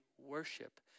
worship